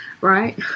right